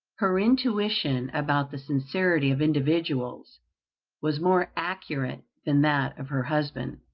her intuition about the sincerity of individuals was more accurate than that of her husband.